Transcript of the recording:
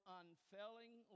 unfailing